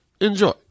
enjoy